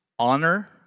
Honor